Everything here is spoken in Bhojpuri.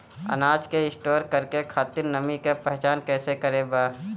अनाज के स्टोर करके खातिर नमी के पहचान कैसे करेके बा?